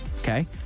Okay